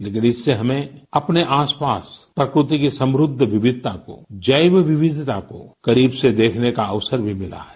मगर इससे हमें अपने आसपास प्रकृति की समृद्ध विविधता जैव विविधता करीब से देखने का अवसर भी मिला है